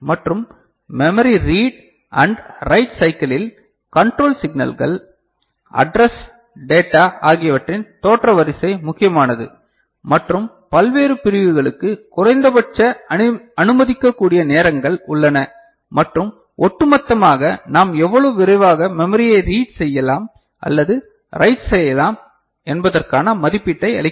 மற்றும் memory read and write சைக்கிளில் control சிக்னல்கள் அட்ரஸ் டேட்டா ஆகியவற்றின் தோற்ற வரிசை முக்கியமானது மற்றும் பல்வேறு பிரிவுகளுக்கு குறைந்தபட்ச அனுமதிக்கக்கூடிய நேரங்கள் உள்ளன மற்றும் ஒட்டுமொத்தமாக நாம் எவ்வளவு விரைவாக மெமரியை ரீட் செய்யலாம் அல்லது ரைட் செய்யலாம் என்பதற்கான மதிப்பீட்டை அளிக்கிறது